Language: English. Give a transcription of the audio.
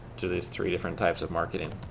to these three different types of marketing.